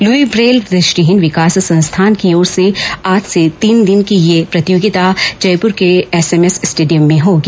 Louis Braille दृष्टिहीन विकास संस्थान की ओर से आज से तीन दिन की यह प्रतियोगिता जयपुर के एसएमएस स्टेडियम में होगी